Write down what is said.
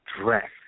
dress